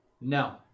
No